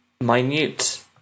minute